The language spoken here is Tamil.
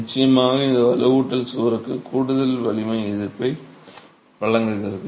நிச்சயமாக இந்த வலுவூட்டல் சுவருக்கு கூடுதல் வலிமை எதிர்ப்பை வழங்குகிறது